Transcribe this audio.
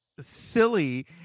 silly